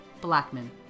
blackman